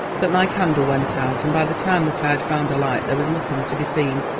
but my candle went out and by the time that i had found a light there was nothing to be seen.